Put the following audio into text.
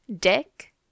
Dick